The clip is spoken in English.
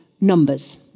numbers